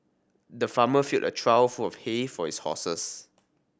the farmer filled a trough full of hay for his horses